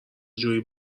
جویی